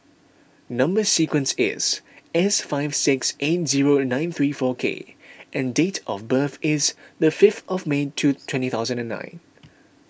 Number Sequence is S five six eight zero nine three four K and date of birth is the fifth of May two twenty thousand and nine